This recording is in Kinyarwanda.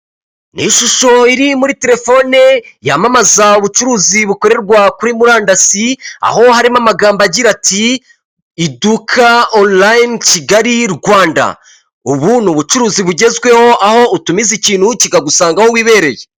Ni ishusho iri muri telefone yamamaza ubucuruzi bukorerwa kuri murandasi aho harimo amagambo agira ati iduka online kigali Rwanda ubu ni ubucuruzi bugezweho aho utumiza ikintu kikagusanga aho wibereye .